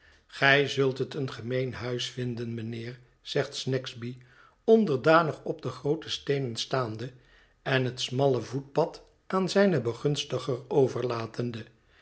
gij zult het een gemeen huis vinden mijnheer zegt snagsby onderdanig op de groote steenen gaande en het smalle voetpad aan zijn begunstiger overlatende